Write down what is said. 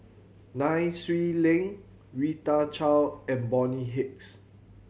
Nai Swee Leng Rita Chao and Bonny Hicks